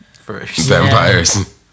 vampires